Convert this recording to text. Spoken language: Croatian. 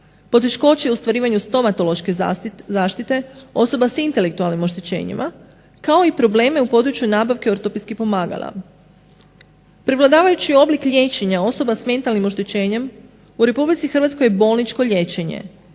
poteškoće u ostvarivanju stomatološke zaštite osoba sa intelektualnim oštećenjima kao i probleme u području nabavke ortopedskih pomagala. Prevladavajući oblik liječenja osoba sa mentalnim oštećenjem u Republici Hrvatskoj je bolničko liječenje,